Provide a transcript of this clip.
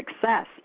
success